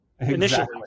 initially